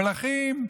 המלכים,